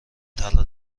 طلا